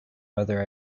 whether